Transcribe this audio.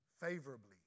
favorably